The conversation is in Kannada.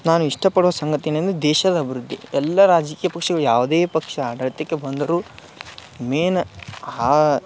ನಾನು ಇಷ್ಟಪಡುವ ಸಂಗತಿ ಏನೆಂದೆ ದೇಶದ ಅಬಿವೃದ್ಧಿ ಎಲ್ಲಾ ರಾಜಕೀಯ ಪಕ್ಷಗಳು ಯಾವುದೇ ಪಕ್ಷ ಆಡಳಿತಕ್ಕೆ ಬಂದರೂ ಮೇನ್ ಹಾ